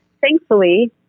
thankfully